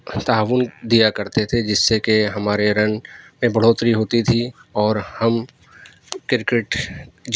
تعاون دیا کرتے تھے جس سے کہ ہمارے رن میں بڑھوتری ہوتی تھی اور ہم کرکٹھ